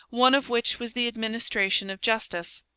one of which was the administration of justice.